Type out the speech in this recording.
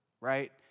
right